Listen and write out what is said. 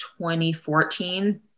2014